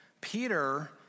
Peter